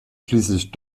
schließlich